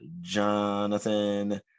Jonathan